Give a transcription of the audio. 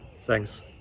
Thanks